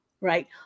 right